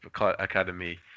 Academy